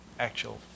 actual